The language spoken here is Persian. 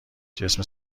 جسم